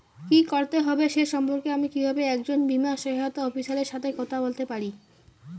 কী করতে হবে সে সম্পর্কে আমি কীভাবে একজন বীমা সহায়তা অফিসারের সাথে কথা বলতে পারি?